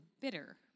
bitter